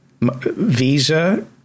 Visa